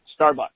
Starbucks